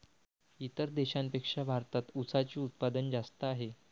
इतर देशांपेक्षा भारतात उसाचे उत्पादन जास्त आहे